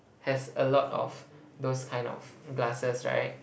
has a lot of those kind of glasses right